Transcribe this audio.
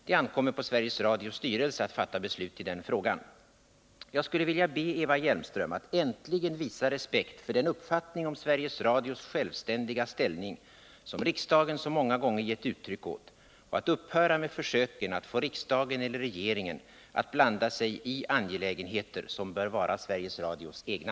Det ankommer på Sveriges Radios styrelse att fatta beslut i den frågan. Jag skulle vilja be Eva Hjelmström att äntligen visa respekt för den uppfattning om Sveriges Radios självständiga ställning som riksdagen så många gånger givit uttryck åt och att upphöra med försöken att få riksdagen eller regeringen att blanda sig i angelägenheter som bör vara företagets egna.